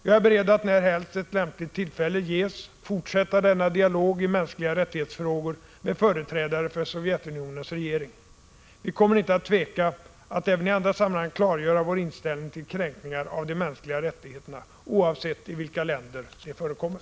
Jag är beredd att närhelst ett lämpligt tillfälle ges fortsätta denna dialog i frågor om mänskliga rättigheter med företrädare för Sovjetunionens regering. Vi kommer inte att tveka att även i andra sammanhang klargöra vår inställning till kränkningar av de mänskliga rättigheterna, oavsett i vilka länder de förekommer.